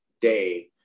day